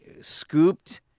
scooped